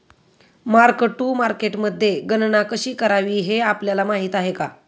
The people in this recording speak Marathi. मार्क टू मार्केटमध्ये गणना कशी करावी हे आपल्याला माहित आहे का?